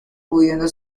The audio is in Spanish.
pudiendo